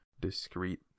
discrete